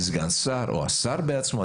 סגן שר או השר בעצמו.